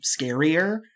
scarier